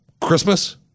Christmas